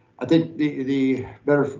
i think the the better